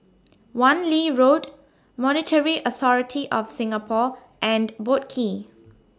Wan Lee Road Monetary Authority of Singapore and Boat Quay